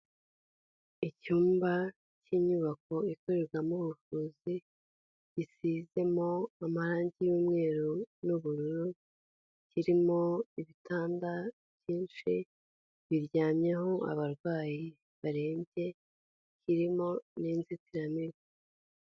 Icyumba cy'inyubako ikorerwamo ubuvuzi, gisizemo amarangi y'umweru n'ubururu, kirimo ibitanda byinshi biryamyeho abarwayi barembye, kirimo n'inzitiramibu.